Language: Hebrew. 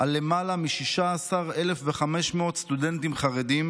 על למעלה מ-16,500 סטודנטים חרדים,